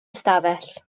ystafell